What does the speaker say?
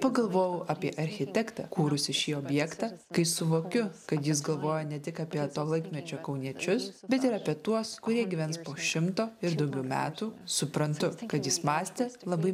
pagalvojau apie architektą kūrusį šį objektą kai suvokiu kad jis galvoja ne tik apie to laikmečio kauniečius bet ir apie tuos kurie gyvens po šimto ir daugiau metų suprantu kad jis mąstė labai